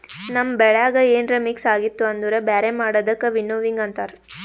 ನಮ್ ಬೆಳ್ಯಾಗ ಏನ್ರ ಮಿಕ್ಸ್ ಆಗಿತ್ತು ಅಂದುರ್ ಬ್ಯಾರೆ ಮಾಡದಕ್ ವಿನ್ನೋವಿಂಗ್ ಅಂತಾರ್